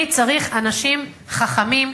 אני צריך אנשים חכמים,